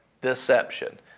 deception